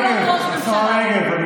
השרה רגב,